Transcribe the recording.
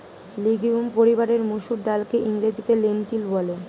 legume পরিবারের মুসুর ডালকে ইংরেজিতে লেন্টিল বলে